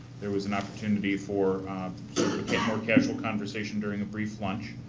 there was an opportunity for more casual conversation during a brief lunch.